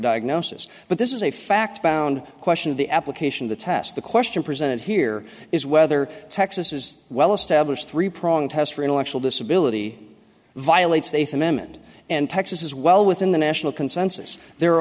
diagnosis but this is a fact bound question of the application the test the question presented here is whether texas is well established three prong test for intellectual disability violates they from m and and texas is well within the national consensus there are